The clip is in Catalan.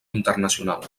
internacional